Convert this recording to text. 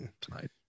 tonight